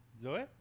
Zoe